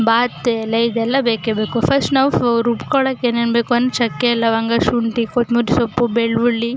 ಬಾತು ಎಲೆ ಇವೆಲ್ಲ ಬೇಕೇ ಬೇಕು ಫಸ್ಟ್ ನಾವು ರುಬ್ಕೊಳ್ಳೋಕ್ಕೆ ಏನೇನು ಬೇಕು ಒಂದು ಚಕ್ಕೆ ಲವಂಗ ಶುಂಠಿ ಕೊತ್ತಂಬ್ರಿ ಸೊಪ್ಪು ಬೆಳ್ಳುಳ್ಳಿ